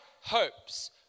hopes